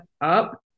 up